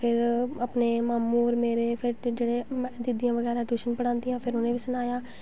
फिर अपने मामू होर जेह्ड़े दीदियां बगैरा टूशन पढ़ांदियां हां उ'नें बी सनाया